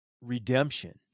redemption